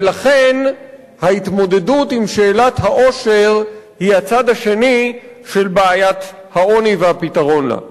ולכן ההתמודדות עם שאלת העושר היא הצד השני של בעיית העוני והפתרון לה.